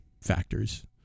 factors